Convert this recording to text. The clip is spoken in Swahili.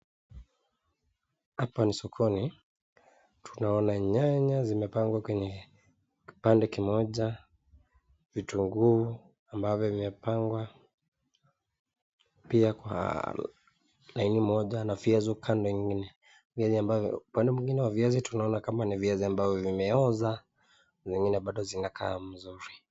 Hapa ni sokoni tunaona nyanya zimepakwa kuna nyanya, vitunguu ambavyo imepangwa pia Kwa laini moja na viazi kando vingine upande mwingine kuna viazi ambavyo vimeoza na vingine bado zinakaa vizuri.